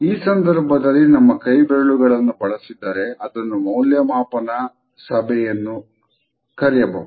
ಈ ಸಂದರ್ಭದಲ್ಲಿ ನಮ್ಮ ಕೈಬೆರಳುಗಳನ್ನು ಬಳಸಿದರೆ ಅದನ್ನು ಮೌಲ್ಯಮಾಪನ ಸಭೆಯನ್ನು ಕರೆಯಬಹುದು